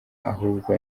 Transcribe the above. ahubwo